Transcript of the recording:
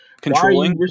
controlling